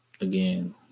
again